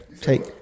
take